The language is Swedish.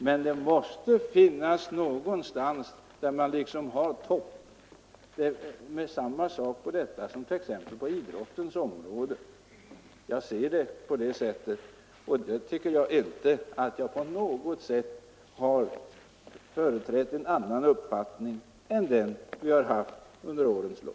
Men det måste någonstans finns en topp — på detta område liksom t.ex. på idrottens område. Jag ser det på det sättet och jag anser inte att jag då företräder någon annan uppfattning än den centern framfört under tidigare år.